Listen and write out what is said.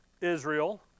Israel